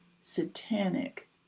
satanic